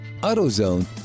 AutoZone